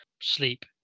sleep